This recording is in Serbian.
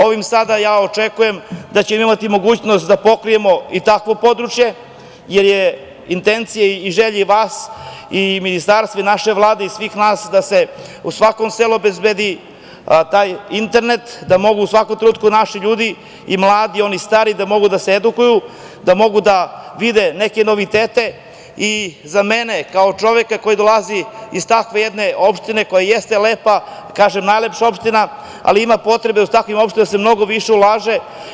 Ovim sada očekujem da ćemo imati mogućnost da pokrijemo i takvo područje, jer je intencija i želja vas i Ministarstva i naše Vlade i svih nas da se u svakom selu obezbedi taj internet da mogu u svakom trenutku naši ljudi, mladi i oni stari, da mogu da se edukuju, da mogu da vide neke novitete i za mene kao čoveka koji dolazi iz takve jedne opštine, koja jeste lepa, kažem najlepša opština, ali ima potrebe da se u takve opštine mnogo više ulaže.